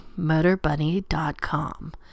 MotorBunny.com